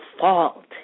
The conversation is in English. fault